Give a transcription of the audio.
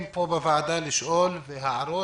לדעתי,